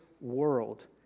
world